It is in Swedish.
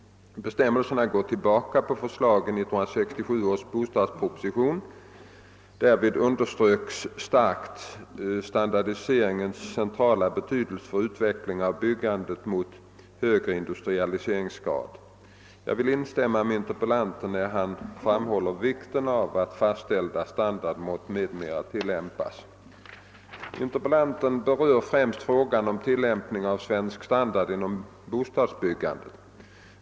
Bestämmelserna går tillbaka på förslag i 1967 års bostadsproposition . Därvid underströks starkt standardiseringens centrala betydelse för utveckling av byggandet mot högre industrialiseringsgrad. Jag vill instämma med interpellanten när han framhåller vikten av att fastställda standardmått m.m. tilllämpas. Interpellanten berör främst frågan om tillämpning av svensk standard inom bostadsbyggandet.